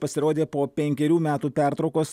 pasirodė po penkerių metų pertraukos